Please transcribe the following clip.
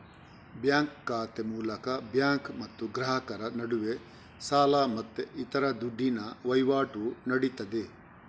bank ಖಾತೆ ಮೂಲಕ bank ಮತ್ತು ಗ್ರಾಹಕರ ನಡುವೆ ಸಾಲ ಮತ್ತೆ ಇತರ ದುಡ್ಡಿನ ವೈವಾಟು ನಡೀತದೆ